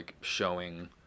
showing